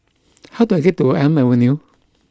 how do I get to Elm Avenue